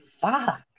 Fuck